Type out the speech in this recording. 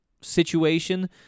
situation